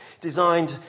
designed